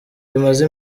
bimaze